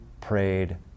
prayed